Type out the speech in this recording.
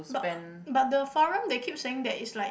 but but the forum they keep saying that it's like